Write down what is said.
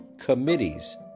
committees